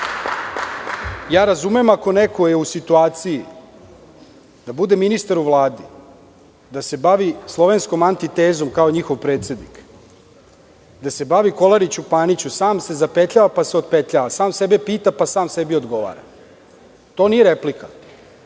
da, razumem ako neko je u situaciji da bude ministar u Vladi, da se bavi slovenskom antitezom, kao njihov predsednik, da se bavi „kolariću paniću“, sam se zapetlja, pa se otpetlja. Sam sebe pita, pa sam sebi odgovara. To nije replika,